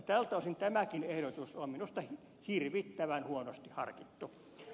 tältä osin tämäkin ehdotus on minusta hirvittävän huonosti harkittu